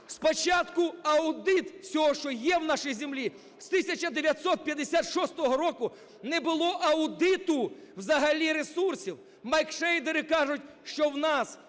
спочатку аудит всього, що є в нашій землі. З 1956 року не було аудиту взагалі ресурсів. Маркшейдери кажуть, що у нас